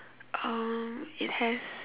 um it has